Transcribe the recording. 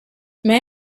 may